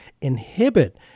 inhibit